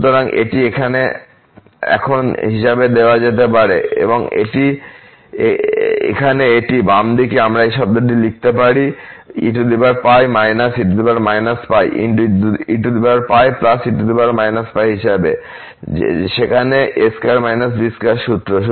সুতরাং এটি এখন হিসাবে দেওয়া যেতে পারে সুতরাং এখানে এটি বাম দিকে আমরা এই শব্দটি লিখতে পারি হিসাবে সেখানে a2−b2 সূত্র